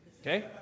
Okay